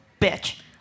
bitch